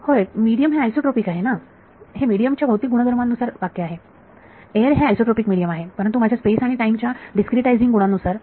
होय मिडीयम हे आयसोट्रॉपिक आहे हे मिडीयम च्या भौतिक गुणधर्मां नुसार वाक्य आहे एअर हे आयसोट्रॉपिक मिडीयम आहे परंतु माझ्या स्पेस आणि टाइमच्या डिस्क्रीटाईझिंग गुणांनुसार